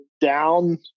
down